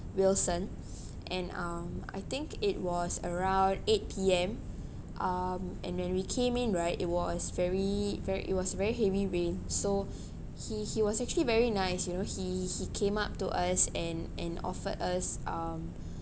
wilson and um I think it was around eight P_M um and then we came in right it was very very it was very heavy rain so he he was actually very nice you know he he came up to us and and offered us um